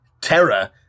terror